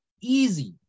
easy